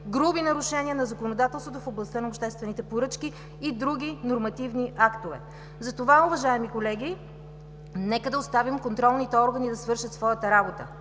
груби нарушения на законодателството в областта на обществените поръчки и други нормативни актове. Затова, уважаеми колеги, нека да оставим контролните органи да свършат своята работа